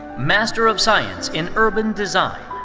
master of science in urban design.